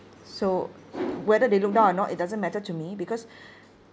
so whether they look down or not it doesn't matter to me because